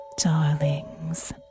Darlings